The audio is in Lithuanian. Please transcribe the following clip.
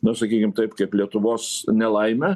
na sakykim taip kaip lietuvos nelaimę